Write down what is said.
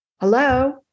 Hello